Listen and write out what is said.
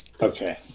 Okay